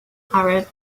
arab